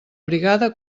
brigada